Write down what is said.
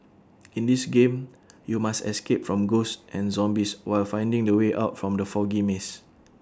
in this game you must escape from ghosts and zombies while finding the way out from the foggy maze